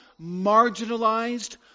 marginalized